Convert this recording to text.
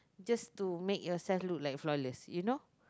just to make yourself look like flawless you know